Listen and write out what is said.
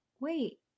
wait